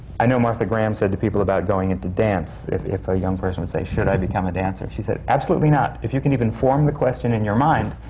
i know martha graham said to people about going into dance, if if a young person would say, should i become a dancer? she'd say, absolutely not! if you can even form the question in your mind,